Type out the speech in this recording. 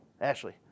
Ashley